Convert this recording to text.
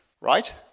right